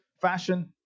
fashion